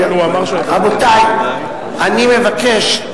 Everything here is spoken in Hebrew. רבותי, אני מבקש: